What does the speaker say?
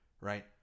right